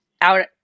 out